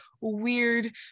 weird